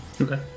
Okay